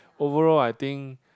overall I think